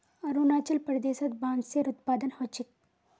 अरुणाचल प्रदेशत बांसेर उत्पादन ह छेक